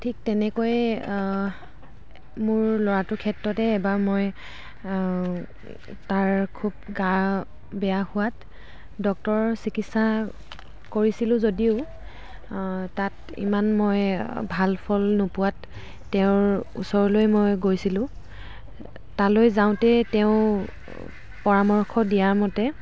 ঠিক তেনেকৈয়ে মোৰ ল'ৰাটোৰ ক্ষেত্ৰতে এবাৰ মই তাৰ খুব গা বেয়া হোৱাত ডক্তৰৰ চিকিৎসা কৰিছিলোঁ যদিও তাত ইমান মই ভাল ফল নোপোৱাত তেওঁৰ ওচৰলৈ মই গৈছিলোঁ তালৈ যাওঁতে তেওঁ পৰামৰ্শ দিয়া মতে